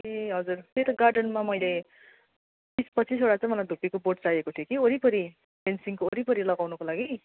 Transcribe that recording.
ए हजुर त्यही त गार्डनमा मैले बिस पच्चिसवटा चाहिँ मलाई धुप्पीको बोट चाहिएको थियो कि वरिपरि फेन्सिङको वरिपरि लगाउनुको लागि